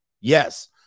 Yes